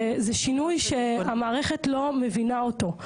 זה שינוי שהמערכת לא מבינה אותו.